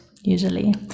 usually